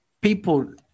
people